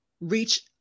reach